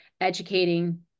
educating